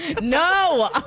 No